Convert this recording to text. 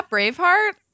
Braveheart